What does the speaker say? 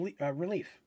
relief